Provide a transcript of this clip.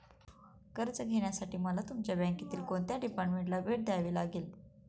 कर्ज घेण्यासाठी मला तुमच्या बँकेतील कोणत्या डिपार्टमेंटला भेट द्यावी लागेल?